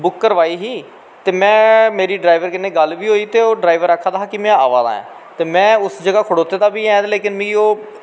में बुक्क करवाई ही ते मेरी ड्राईवर कन्नै गल्ल बी होई ही ते ओह् ड्राईवर आक्खा दा हा में अवा दा ऐं ते में उस जगा खड़ोते दां बी ऐं ते मिगी